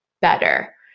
better